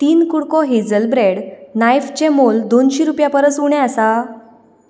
तीन कुडको हेझेल ब्रॅड नाईफचें मोल दोनशी रुपयां परस उणें आसा